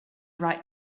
write